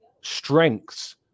strengths